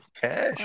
Cash